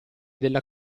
della